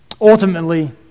Ultimately